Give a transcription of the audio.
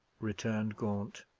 returned gaunt,